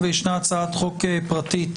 ויש הצעת חוק פרטית